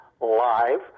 live